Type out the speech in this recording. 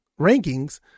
rankings